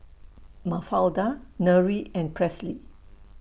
Mafalda Nery and Presley